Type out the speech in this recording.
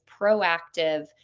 proactive